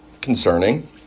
concerning